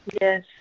Yes